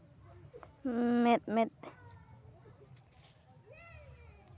ᱢᱮᱫ ᱢᱮᱫ